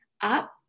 up